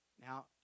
now